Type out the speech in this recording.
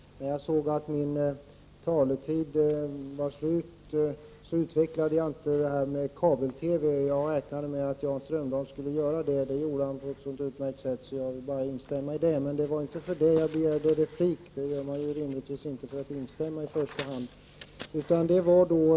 När jag såg att min taletid närmade sig sitt slut, utvecklade jag inte frågan om kabel-TV. Jag räknade med att Jan Strömdahl skulle göra det, och det gjorde han på ett så utmärkt sätt att jag bara vill instämma i det. Men det var inte av den anledningen jag begärde replik. Det gör man rimligtvis inte i första hand för att instämma.